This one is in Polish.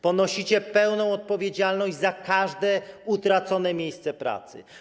Ponosicie pełną odpowiedzialność za każde utracone miejsce pracy.